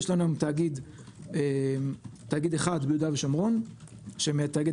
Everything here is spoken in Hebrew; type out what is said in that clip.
יש לנו תאגיד אחד ביהודה ושומרון שמאגד